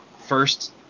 first